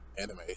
anime